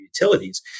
utilities